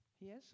Yes